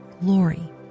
glory